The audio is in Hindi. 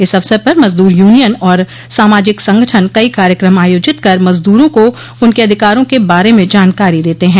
इस अवसर पर मजदूर यूनियन और सामाजिक संगठन कई कार्यक्रम आयोजित कर मजदूरों को उनके अधिकारों के बारे में जानकारी देते हैं